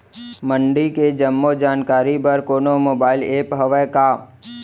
मंडी के जम्मो जानकारी बर कोनो मोबाइल ऐप्प हवय का?